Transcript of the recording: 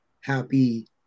happy